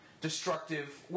destructive